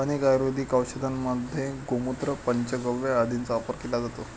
अनेक आयुर्वेदिक औषधांमध्ये गोमूत्र, पंचगव्य आदींचा वापर केला जातो